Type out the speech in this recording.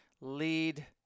lead